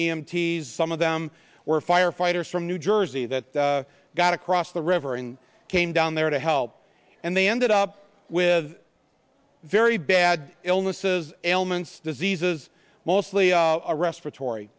t some of them were firefighters from new jersey that got across the river and came down there to help and they ended up with very bad illnesses ailments diseases mostly a respiratory